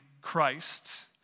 Christ